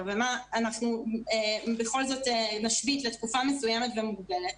ומה בכל זאת נשבית לתקופה מסוימת ומוגבלת